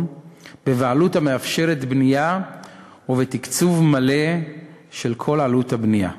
בבעלות המאפשרת בנייה ובתקצוב מלא של כל עלות הבנייה.